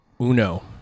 uno